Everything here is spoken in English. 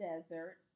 desert